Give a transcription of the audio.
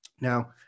Now